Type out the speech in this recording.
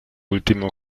último